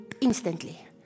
instantly